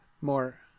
more